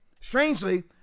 strangely